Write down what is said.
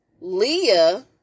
Leah